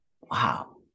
wow